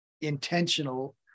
intentional